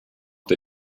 der